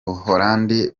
buhorandi